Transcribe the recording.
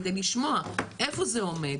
כדי לשמוע איפה זה עומד,